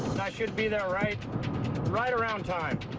i should be there right right around time.